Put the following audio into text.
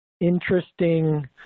interesting